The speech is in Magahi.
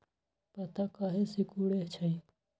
पत्ता काहे सिकुड़े छई?